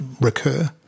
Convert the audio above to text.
recur